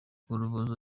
urubozo